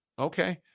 Okay